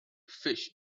fish